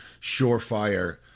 surefire